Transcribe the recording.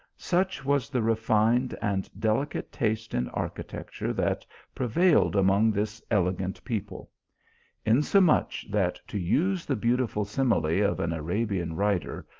such was the refined and delicate taste in architecture that prevailed among this elegant people insomuch, that to use the beautiful simile of an arabian writer,